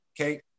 Okay